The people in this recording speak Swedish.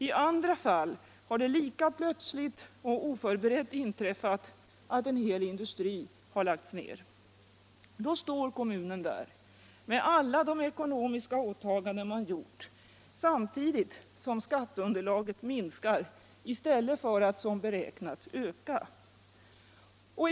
I andra fall har det lika plötsligt och oförberett inträffat att en hel industri har lagts ned. Då står kommunen där med alla de ekonomiska åtaganden den gjort samtidigt som skatteunderlaget minskar i stället för att som beräknat öka.